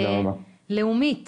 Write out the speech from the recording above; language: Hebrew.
לאומית